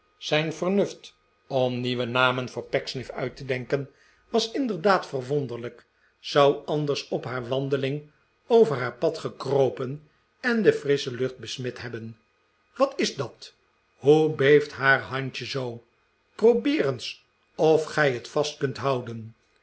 zijn vernuft om nieuwe namen voor pecksniff uit te denken was inderdaad verwonderlijk zou anders op haar wandeling over haar pad gekropen en de frissche lucht besmet hebben wat is dat hoe beeft haar handje zoo probeer eens of gij het vast kunt houden